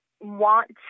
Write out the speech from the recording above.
want